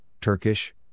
Turkish